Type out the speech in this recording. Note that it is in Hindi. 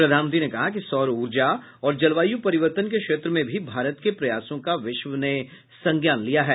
प्रधानमंत्री ने कहा कि सौर ऊर्जा और जलवायु परिवर्तन के क्षेत्र में भी भारत के प्रयासों का विश्व ने संज्ञान लिया है